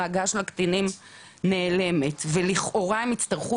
החרגה של הקטינים נעלמת ולכאורה הם יצטרכו